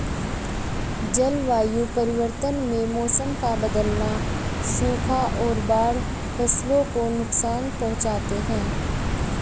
जलवायु परिवर्तन में मौसम का बदलना, सूखा और बाढ़ फसलों को नुकसान पहुँचाते है